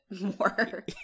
more